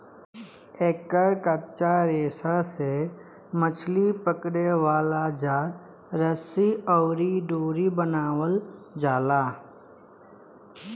एकर कच्चा रेशा से मछली पकड़े वाला जाल, रस्सी अउरी डोरी बनावल जाला